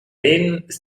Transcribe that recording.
ist